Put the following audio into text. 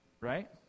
right